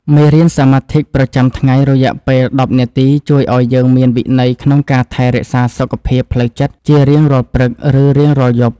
មេរៀនសមាធិប្រចាំថ្ងៃរយៈពេលដប់នាទីជួយឱ្យយើងមានវិន័យក្នុងការថែរក្សាសុខភាពផ្លូវចិត្តជារៀងរាល់ព្រឹក ឬ រៀងរាល់យប់។